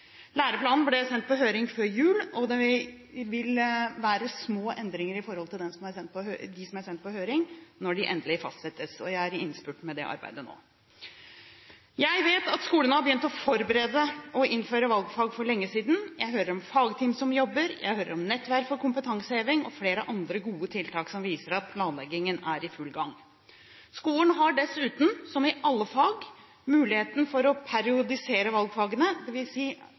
ble sendt på høring før jul, og det vil være små endringer i forhold til dem som er sendt på høring når de endelig fastsettes. Jeg er i innspurten med det arbeidet nå. Jeg vet at skolene har begynt å forberede og innføre valgfag for lenge siden. Jeg hører om fagteam som jobber, jeg hører om nettverk for kompetanseheving og flere andre gode tiltak som viser at planleggingen er i full gang. Skolene har dessuten, som i alle fag, mulighet for å periodisere valgfagene,